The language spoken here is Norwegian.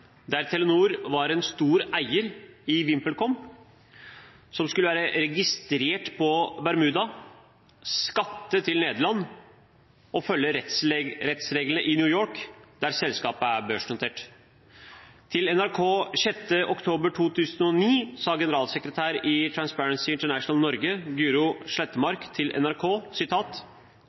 der Telenor var en stor eier i VimpelCom, som skulle være registrert på Bermuda, skatte til Nederland og følge rettsreglene i New York, der selskapet er børsnotert. 6. oktober 2009 sa generalsekretær i Transparency International Norge, Guro